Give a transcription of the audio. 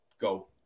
go